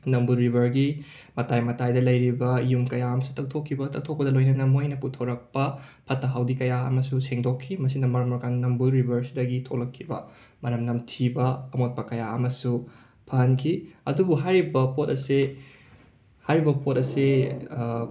ꯅꯝꯕꯨꯜ ꯔꯤꯕꯔꯒꯤ ꯃꯇꯥꯏ ꯃꯇꯥꯏꯗ ꯂꯩꯔꯤꯕ ꯌꯨꯝ ꯀꯌꯥ ꯑꯃꯁꯨ ꯇꯛꯊꯣꯛꯈꯤꯕ ꯇꯛꯊꯣꯛꯄꯗ ꯂꯣꯏꯅꯅ ꯃꯣꯏꯅ ꯄꯨꯊꯣꯔꯛꯄ ꯐꯠꯇ ꯍꯥꯎꯗꯤ ꯀꯌꯥ ꯑꯃꯁꯨ ꯁꯦꯡꯗꯣꯛꯈꯤ ꯃꯁꯤꯅ ꯃꯔꯝ ꯑꯣꯏꯔꯀꯥꯟ ꯅꯝꯕꯨꯜ ꯔꯤꯕꯔ ꯑꯁꯤꯗꯒꯤ ꯊꯣꯛꯂꯛꯈꯤꯕ ꯃꯅꯝ ꯅꯝꯊꯤꯕ ꯑꯃꯣꯠꯄ ꯀꯌꯥ ꯑꯃꯁꯨ ꯐꯍꯟꯈꯤ ꯑꯗꯨꯕꯨ ꯍꯥꯏꯔꯤꯕ ꯄꯣꯠ ꯑꯁꯤ ꯍꯥꯏꯔꯤꯕ ꯄꯣꯠ ꯑꯁꯤ